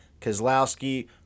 Kozlowski